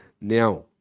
now